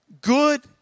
good